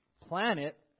planet